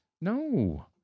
No